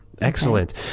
Excellent